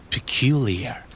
Peculiar